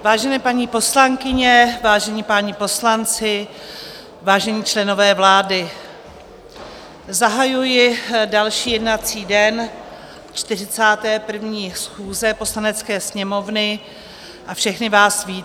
Vážené paní poslankyně, vážení páni poslanci, vážení členové vlády, zahajuji další jednací den 41. schůze Poslanecké sněmovny a všechny vás vítám.